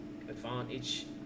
advantage